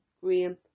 green